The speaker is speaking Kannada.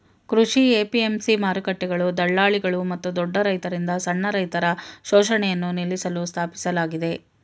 ಕೃಷಿ ಎ.ಪಿ.ಎಂ.ಸಿ ಮಾರುಕಟ್ಟೆಗಳು ದಳ್ಳಾಳಿಗಳು ಮತ್ತು ದೊಡ್ಡ ರೈತರಿಂದ ಸಣ್ಣ ರೈತರ ಶೋಷಣೆಯನ್ನು ನಿಲ್ಲಿಸಲು ಸ್ಥಾಪಿಸಲಾಗಿದೆ